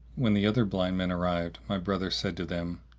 when the other blind men arrived, my brother said to them,